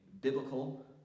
biblical